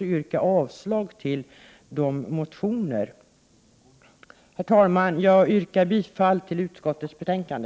Jag yrkar avslag på dessa motioner. Herr talman! Jag yrkar bifall till hemställan i utskottets betänkande.